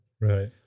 Right